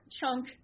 chunk